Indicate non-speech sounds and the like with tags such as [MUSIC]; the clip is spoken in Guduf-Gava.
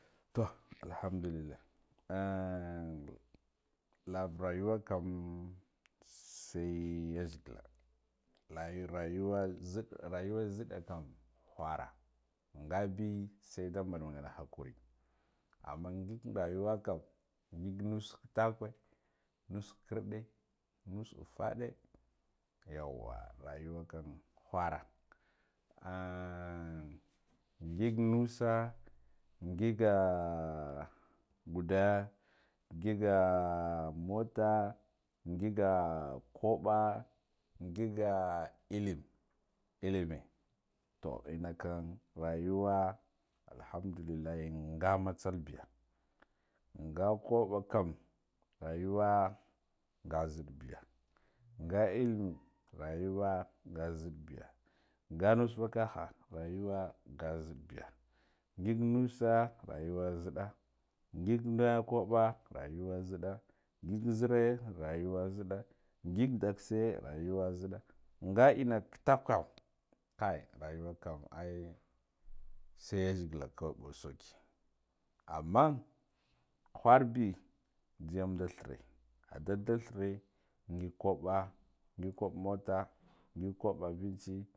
[HESITATION] to alhamdullilah [HESITATION] laba yuwe kam sai yazgila lai rayuwa ziɗ rayuwa ziɗa sam whara ngabi saida manga mana haka suri amma ngig rayuwa kam ngig nus kit akwe nus khikirɗe nus ufade yawwa rayu kan whara ahhn ngig nusa ngiga guda ngiga ahh mota ngiga koɓa ngiga ilim, lime to ina kan rayuwa alhamdullilahi nga matsalbiya nga koɓa kamo rayuwa nga ziɗbiya nga ilim rayuwa nga ziɗbiya nga nus vakaha rayuwa nga ziɗbiya ngig nusa rayuwa ziɗa ngig na koɓa rayuwa ziɗa ngig zire rayuwa ziɗa ngig dakse rayuwa ziɗa nga ina kitakkma kai rayuwa ai sai yazgila kawai ɓo saki amma wharbi jhiyam da thire a dalda thire ngig koɓa kaɓ mota kaɓ abinchi